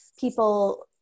people